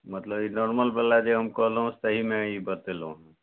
मतलब ई नोर्मल बला जे हम कहलहुँ ताहिमे ई बतेलहुँ